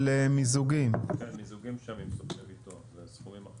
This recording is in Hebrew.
מיזוגים שונים סוכני ביטוח, סכומים שונים.